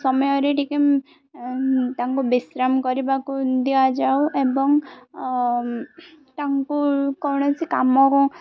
ସମୟରେ ଟିକେ ତାଙ୍କୁ ବିଶ୍ରାମ କରିବାକୁ ଦିଆଯାଉ ଏବଂ ତାଙ୍କୁ କୌଣସି କାମ